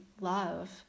love